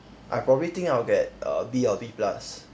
I probably think I'll get err B or B plus